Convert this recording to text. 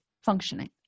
functioning